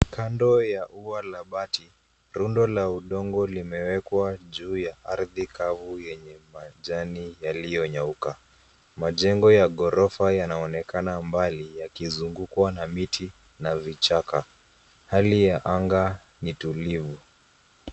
Kando ya ua la bati, rundo la udongo limewekwa juu ya ardhi kavu yenye majani yaliyonyeuka .Majengo ya ghorofa yanaonekana mbali yakizungukwa na miti na vichaka. Hali ya anga ni tulivu.